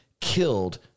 killed